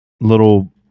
little